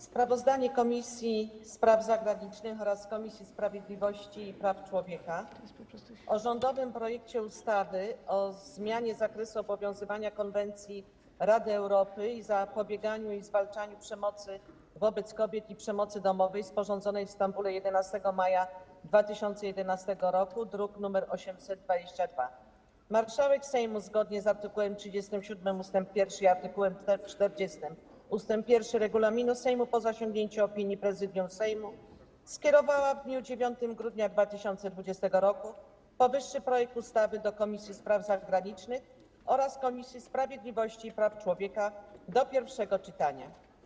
Sprawozdanie Komisji Spraw Zagranicznych oraz Komisji Sprawiedliwości i Praw Człowieka o rządowym projekcie ustawy o zmianie zakresu obowiązywania Konwencji Rady Europy o zapobieganiu i zwalczaniu przemocy wobec kobiet i przemocy domowej, sporządzonej w Stambule dnia 11 maja 2011 r., druk nr 822. Marszałek Sejmu, zgodnie z art. 37 ust. 1 i art. 40 ust. 1 regulaminu Sejmu, po zasięgnięciu opinii Prezydium Sejmu skierowała w dniu 9 grudnia 2020 r. powyższy projekt ustawy do Komisji Spraw Zagranicznych oraz Komisji Sprawiedliwości i Praw Człowieka do pierwszego czytania.